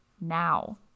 now